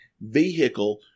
vehicle